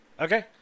Okay